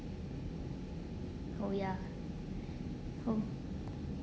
oh ya oh